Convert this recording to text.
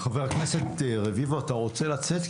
חבר הכנסת רביבו, אתה רוצה לצאת?